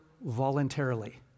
voluntarily